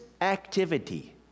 activity